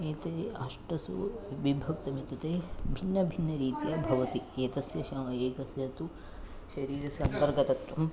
एते अष्टसु विभक्तम् इत्युक्ते भिन्नभिन्नरीत्या भवति एतस्य शा एकस्य तु शरीरस्य अन्तर्गतम्